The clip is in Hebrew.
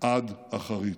עד אחרית.